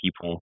people